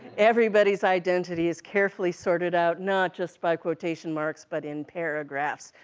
everybody's identity is carefully sorted out, not just by quotation marks, but in paragraphs,